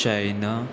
China